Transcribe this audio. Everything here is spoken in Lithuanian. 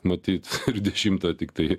matyt ir dešimtą tiktai